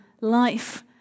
life